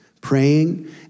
praying